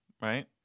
right